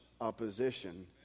opposition